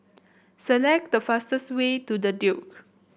select the fastest way to The Duke